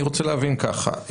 אני רוצה להבין ככה,